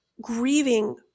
grieving